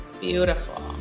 Beautiful